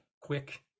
quick